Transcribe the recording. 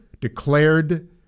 declared